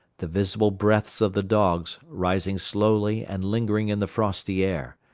the visible breaths of the dogs rising slowly and lingering in the frosty air.